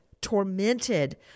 tormented